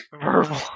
Verbal